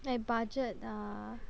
my budget uh